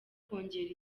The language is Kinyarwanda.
kongera